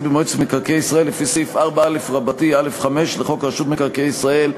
במועצת מקרקעי ישראל לפי סעיף 4א(א)(5) לחוק רשות מקרקעי ישראל,